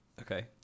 Okay